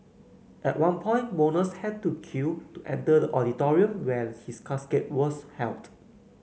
at one point mourners had to queue to enter the auditorium where his casket was held